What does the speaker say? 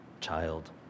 child